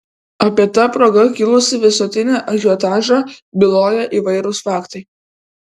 apie ta proga kilusį visuotinį ažiotažą byloja įvairūs faktai